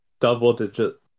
Double-digit